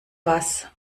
bass